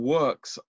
works